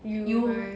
you mm